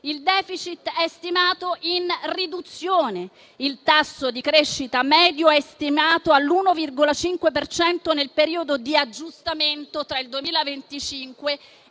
Il *deficit* è stimato in riduzione e il tasso di crescita medio è stimato all'1,5 per cento nel periodo di aggiustamento tra il 2025 e